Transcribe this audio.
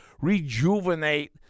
rejuvenate